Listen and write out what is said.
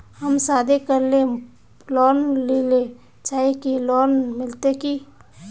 हम शादी करले लोन लेले चाहे है लोन मिलते की?